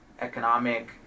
economic